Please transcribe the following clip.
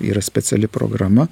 yra speciali programa